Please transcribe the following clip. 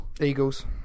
Eagles